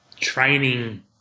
training